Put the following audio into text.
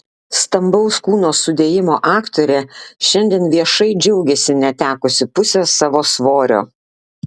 stambaus kūno sudėjimo aktorė šiandien viešai džiaugiasi netekusi pusės savo svorio